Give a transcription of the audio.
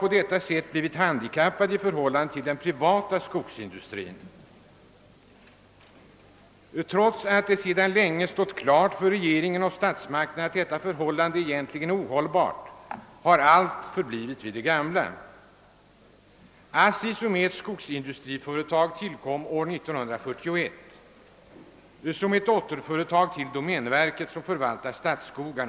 På det sättet har ASSI blivit handikappat i förhållande till den privata skogsindustrin. Trots att det sedan länge har stått klart för regeringen och statsmakterna att ett sådant förhållande egentligen är ohållbart har allt förblivit vid det gamla. ASSI, som är ett skogsindustriföretag, tillkom år 1941 som ett dotterföretag till domänverket, som förvaltar statens skogar.